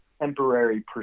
temporary